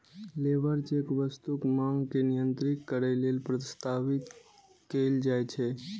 labour check वस्तुक मांग के नियंत्रित करै लेल प्रस्तावित कैल जाइ छै